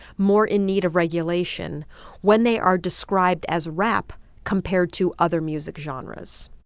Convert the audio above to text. more in need of regulation when they are described as rap compared to other music genres?